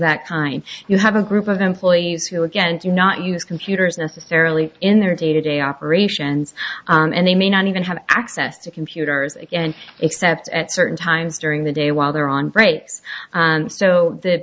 that kind you have a group of employees who again do not use computers necessarily in their day to day operations and they may not even have access to computers again except at certain times during the day while they're on breaks and so the